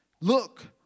Look